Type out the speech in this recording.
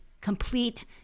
complete